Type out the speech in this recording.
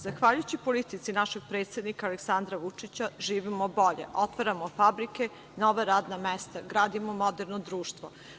Zahvaljujući politici našeg predsednika Aleksandra Vučića živimo bolje, otvaramo fabrike, nova radna mesta, gradimo moderno društvo.